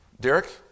Derek